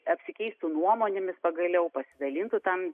apsikeistų nuomonėmis pagaliau pasidalintų tam